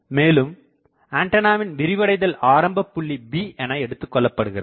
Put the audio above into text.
மேலும் ஆண்டனாவின் விரிவடைதல் ஆரம்பப்புள்ளி B எனக்கொள்ளப்படுகிறது